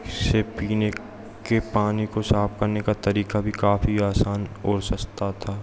से पीने के पानी को साफ करने का तरीका भी काफी आसान और सस्ता था